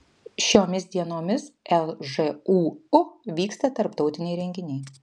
šiomis dienomis lžūu vyksta tarptautiniai renginiai